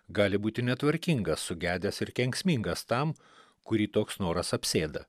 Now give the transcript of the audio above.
gali būti netvarkinga sugedęs ir kenksmingas tam kurį toks noras apsėda